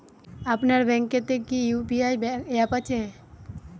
আপনার ব্যাঙ্ক এ তে কি ইউ.পি.আই অ্যাপ আছে?